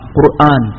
Quran